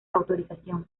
autorización